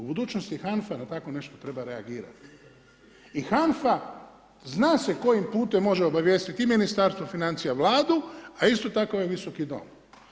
U budućnost, HANFA na takvo nešto treba reagirati i HANFA zna se kojim putem može obavijestiti i Ministarstvo financija, Vladu, a isto tako i ovaj Visoki dom.